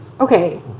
okay